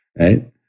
right